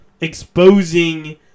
exposing